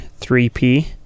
3p